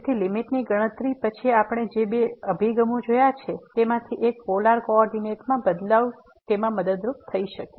તેથી લીમીટની ગણતરી પછી આપણે જે બે અભિગમો જોયા છે તેમાંથી એક પોલાર કો ઓર્ડીનેટ માં બદલાવ તે મદદરૂપ થઈ શકે